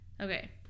Okay